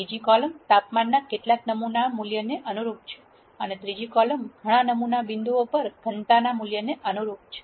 બીજી કોલમ તાપમાનના કેટલાક નમૂના મૂલ્યને અનુરૂપ છે અને ત્રીજી કોલમ ઘણા નમૂના બિંદુઓ પર ઘનતાના મૂલ્યને અનુરૂપ છે